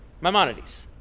Maimonides